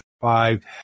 five